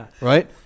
Right